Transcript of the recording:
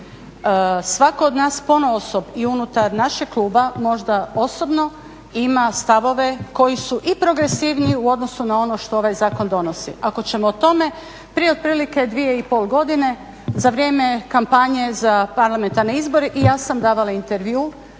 Svako od nas ponaosob i unutar našeg kluba možda osobno ima stavove koji su i progresiviniji u odnosu na ono što ovaj zakon donosi. Ako ćemo o tome prije otprilike 2,5 godine za vrijeme kampanje za parlamentarne izbore i ja sam davala intervju